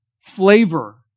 flavor